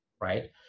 right